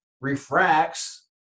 refracts